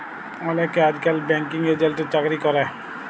অলেকে আইজকাল ব্যাঙ্কিং এজেল্টের চাকরি ক্যরে